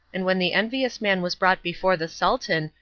and when the envious man was brought before the sultan,